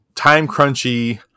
time-crunchy